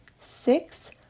six